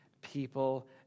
people